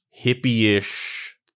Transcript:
hippie-ish